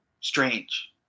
strange